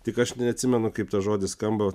tik aš neatsimenu kaip tas žodis skamba